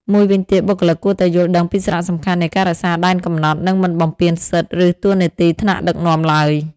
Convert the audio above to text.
មួយវិញទៀត បុគ្គលិកគួរតែយល់ដឹងពីសារៈសំខាន់នៃការរក្សាដែនកំណត់ និងមិនបំពានសិទ្ធិ ឬតួនាទីរបស់ថ្នាក់ដឹកនាំឡើយ។